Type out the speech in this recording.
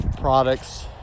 products